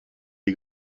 les